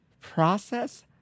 Process